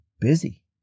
busy